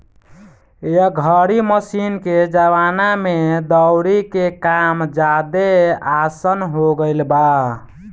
एह घरी मशीन के जमाना में दउरी के काम ज्यादे आसन हो गईल बा